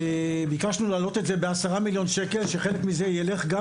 ביקשנו להעלות את זה ב-10 מיליון שקל שחלק מזה ילך גם